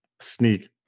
Sneak